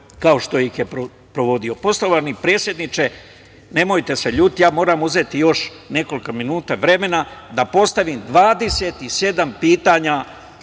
kao što ih je sprovodio. Poštovani predsedniče, nemojte se ljutiti, moram uzeti još nekoliko minuta vremena da postavim 27 pitanja